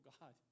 God